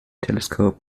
telescope